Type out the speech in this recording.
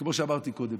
כמו שאמרתי קודם.